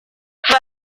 and